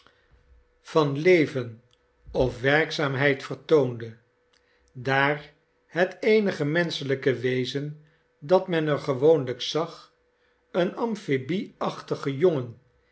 van leven of werkzaamheid vertoonde daar het eenige menschelijke wezen dat men er gewoonlijk zag een amphibieachtige jongen